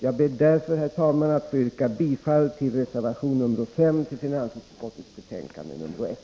Jag ber därför att få yrka bifall till reservation nr 5 till finansutskottets betänkande nr 1.